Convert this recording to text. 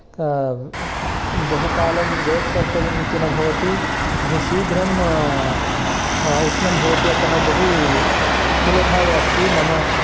बहुकालं वेट् कर्तव्यम् इति न भवति बहु शीघ्रं उष्णं भवति अतः बहु सुलभाय अस्ति मम